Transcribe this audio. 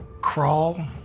crawl